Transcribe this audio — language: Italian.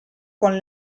con